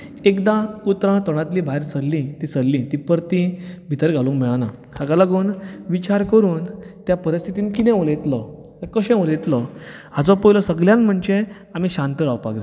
एकदां उतरां तोंडांतलीं भायर सरलीं तीं सरलीं तीं परतीं भितर घालुंक मेळना ताका लागुन विचार करून त्या परिस्थितींत कितें उलयतलो कशें उलयतलो हाचो पयलो सगळ्यांत पयलो म्हणजे आमी शांत रावपाक जाय